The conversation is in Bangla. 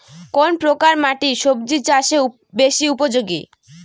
কোন প্রকার মাটি সবজি চাষে বেশি উপযোগী?